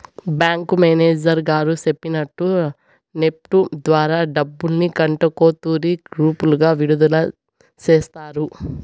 bank manager గారు సెప్పినట్టు NEFT ద్వారా డబ్బుల్ని గంటకో తూరి గ్రూపులుగా విడదల సేస్తారు